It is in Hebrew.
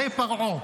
חי פרעה.